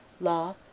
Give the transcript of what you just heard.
Law